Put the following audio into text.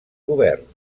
govern